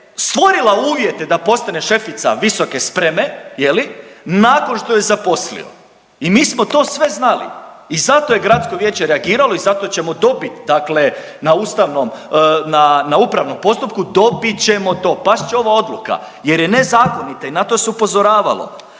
stvorila uvjete da postane šefica visoke spreme je li nakon što je zaposlio. I mi smo to sve znali i zato je gradsko vijeće reagiralo i zato ćemo dobit dakle na ustavnom, na upravnom postupku dobit ćemo to, past će ova odluka jer je nezakonita i na to se upozoravalo.